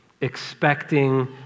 expecting